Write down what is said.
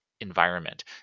environment